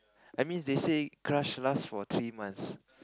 I mean they say crush last for three months